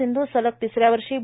सिंधू सलग तिस या वर्षी बी